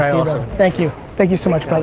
thank you. thank you so much, brother.